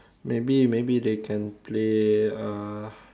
maybe maybe they can play uh